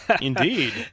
Indeed